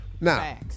Now